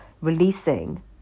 releasing